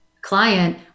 client